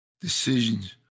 decisions